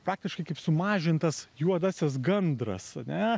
praktiškai kaip sumažintas juodasis gandras ane